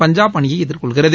பஞ்சாப் அணியை எதிர்கொள்கிறது